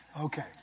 Okay